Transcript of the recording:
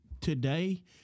today